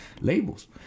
labels